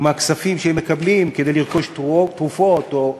ומהכספים שהם מקבלים כדי לרכוש תרופות או